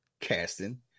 casting